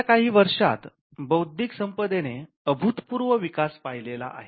गेल्या काही वर्षात बौद्धिक संपदेने अभूतपूर्व विकास पाहिलेला आहे